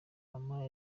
mama